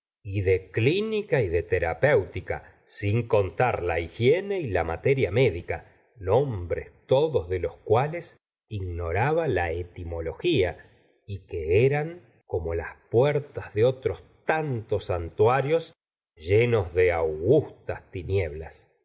y de clínica y de terapéutica sin contar la higiene y la materia médica nombres todos de los cuales ignoraba la etimología y que eran como las puertas de la berma de bovary otros tantos santuarios llenos de augustas tinieblas